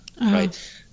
right